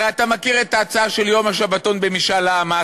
הרי אתה מכיר את ההצעה של יום השבתון במשאל עם,